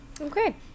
Okay